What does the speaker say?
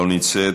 לא נמצאת,